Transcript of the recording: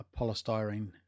polystyrene